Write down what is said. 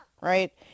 right